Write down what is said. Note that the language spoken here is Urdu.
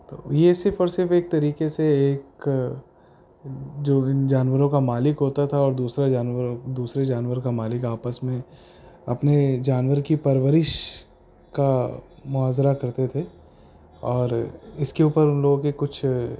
تو یہ صرف اور صرف ایک طریقے سے ایک جو ان جانوروں کا مالک ہوتا تھا اور دوسرا جانور دوسرے جانور کا مالک آپس میں اپنے جانور کی پرورش کا مظاہرہ کرتے تھے اور اس کے اوپر ان لوگوں کے کچھ